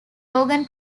organ